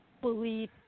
believe